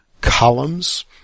columns